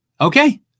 okay